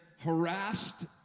harassed